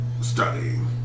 studying